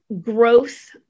growth